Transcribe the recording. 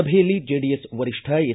ಸಭೆಯಲ್ಲಿ ಜೆಡಿಎಸ್ ವರಿಷ್ಠ ಎಚ್